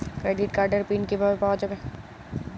Credit কার্ডের PIN কিভাবে পাওয়া যাবে?